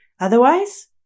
Otherwise